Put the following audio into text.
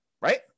right